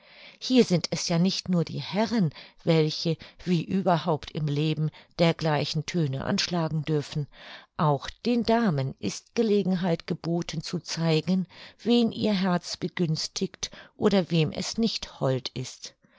hier sind es ja nicht nur die herren welche wie überhaupt im leben dergleichen töne anschlagen dürfen auch den damen ist gelegenheit geboten zu zeigen wen ihr herz begünstigt oder wem es nicht hold ist